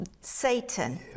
Satan